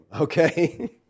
okay